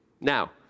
Now